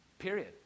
period